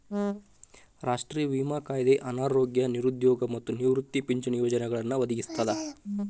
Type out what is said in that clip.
ರಾಷ್ಟ್ರೇಯ ವಿಮಾ ಕಾಯ್ದೆ ಅನಾರೋಗ್ಯ ನಿರುದ್ಯೋಗ ಮತ್ತ ನಿವೃತ್ತಿ ಪಿಂಚಣಿ ಪ್ರಯೋಜನಗಳನ್ನ ಒದಗಿಸ್ತದ